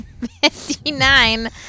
59